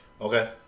Okay